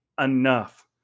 enough